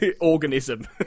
organism